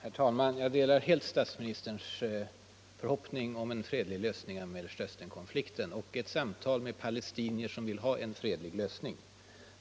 Herr talman! Jag delar helt statsministerns förhoppning om en fredlig lösning av Mellersta Östern-konflikten och om samtal med palestinier som vill ha en fredlig lösning.